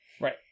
Right